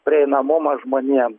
prieinamumą žmonėm